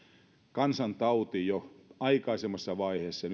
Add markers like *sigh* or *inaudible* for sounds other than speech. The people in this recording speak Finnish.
kansantauti jo aikaisemmassa vaiheessa *unintelligible*